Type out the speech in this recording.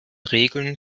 regeln